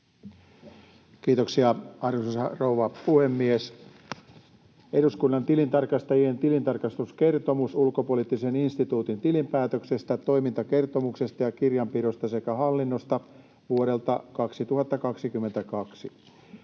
Section: 10 - Eduskunnan tilintarkastajien tilintarkastuskertomus Ulkopoliittisen instituutin tilinpäätöksestä, toimintakertomuksesta ja kirjanpidosta sekä hallinnosta vuodelta 2022 Time: